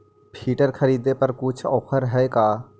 Filter खरिदे पर कुछ औफर है का?